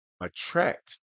attract